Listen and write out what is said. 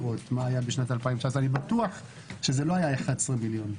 מה היה בשנת 2019. אני בטוח שזה לא היה 11 מיליון.